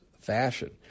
fashion